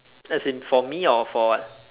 as in for me or for what